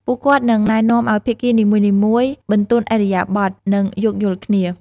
ពួកគាត់នឹងណែនាំឲ្យភាគីនីមួយៗបន្ទន់ឥរិយាបថ និងយោគយល់គ្នា។